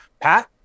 Pat